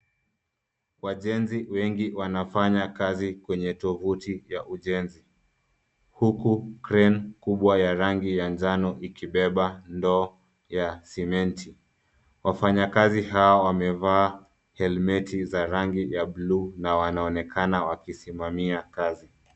Wajenzi wengi wanafanya kazi kwenye tovuti ya ujenzi, huku crane kubwa ya rangi ya njano ikibeba ndoo ya sementi. Wafanyakazi hao wamevaa helmeti za rangi ya blue na wanaonekana wakisimamia kazi.